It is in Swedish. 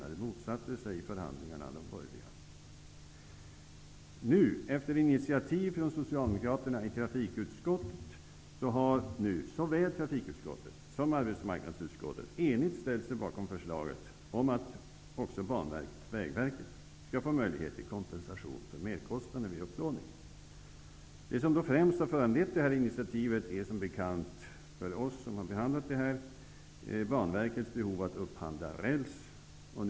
De borgerliga motsatte sig i förhandlingarna detta. Nu, efter initiativ från socialdemokraterna i trafikutskottet, har såväl trafikutskottet som arbetsmarknadsutskottet enigt ställt sig bakom förslaget om att också Banverket och Vägverket skall få möjlighet till kompensation för merkostnader vid upplåning. Det som främst har föranlett det här initiativet är, som bekant för oss som har behandlat ärendet, Banverkets behov av att upphandla räls.